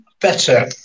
Better